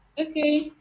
Okay